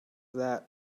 that